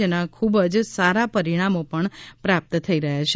જેના ખુબ જ સારા પરીણામો પ્રાપ્ત થઈ રહ્યાં છે